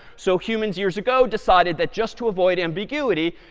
so humans years ago decided that just to avoid ambiguity,